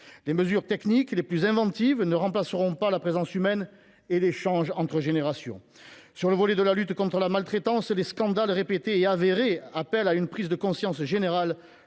Les mesures techniques les plus inventives ne remplaceront pas la présence humaine et l’échange entre générations. Sur le volet de la lutte contre la maltraitance, les scandales répétés et avérés appellent à une prise de conscience générale